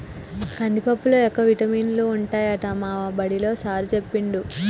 కందిపప్పులో ఎక్కువ విటమినులు ఉంటాయట మా బడిలా సారూ చెప్పిండు